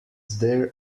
there